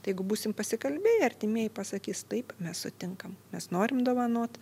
tai jeigu būsim pasikalbėję artimieji pasakys taip mes sutinkam mes norim dovanot